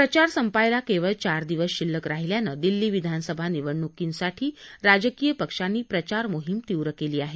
प्रचार संपायला केवळ चार दिवस शिल्लक राहिल्यानं दिल्ली विधानसभा निवडणुकींसाठी राजकीय पक्षांनी प्रचार मोहीम तीव्र केली आहे